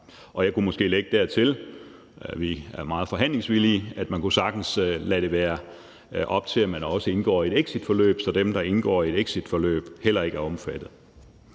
Jeg kunne måske lægge dertil, at vi er meget forhandlingsvillige. Man kunne sagtens lægge op til, at exitforløb også indgår i det, så dem, der indgår i et exitforløb, heller ikke er omfattet.